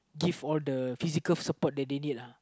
give all the physical support they needed lah